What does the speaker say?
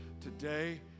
today